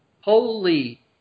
holy